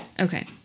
Okay